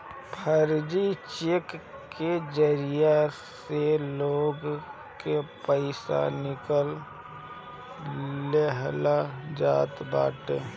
फर्जी चेक के जरिया से लोग के पईसा निकाल लिहल जात बाटे